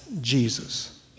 Jesus